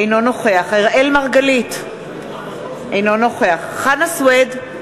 אינו נוכח אראל מרגלית, אינו נוכח חנא סוייד,